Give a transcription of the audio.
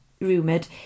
rumoured